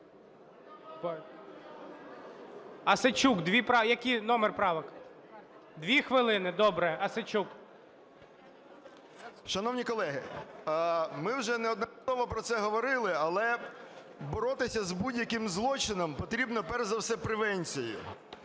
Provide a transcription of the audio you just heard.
Шановні колеги, ми вже неодноразово про це говорили, але боротися з будь-яким злочином потрібно перш за все превенцією.